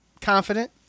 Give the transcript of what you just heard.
confident